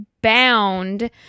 Bound